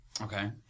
Okay